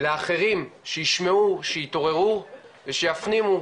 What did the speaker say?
לאחרים שישמעו שיתעוררו ושיפנימו,